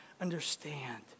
understand